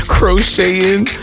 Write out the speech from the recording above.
crocheting